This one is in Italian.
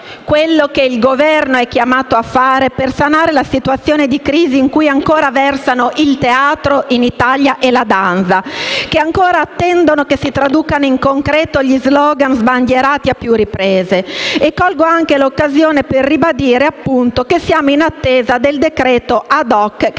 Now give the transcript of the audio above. quanto il Governo è chiamato a fare per sanare la situazione di crisi in cui ancora versano il teatro e la danza in Italia, che ancora attendono che si traducano in concreto gli *slogan* sbandierati a più riprese. E colgo anche l'occasione per ribadire che siamo in attesa del decreto *ad hoc* che